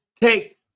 take